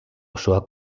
osoa